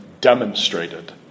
demonstrated